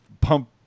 pump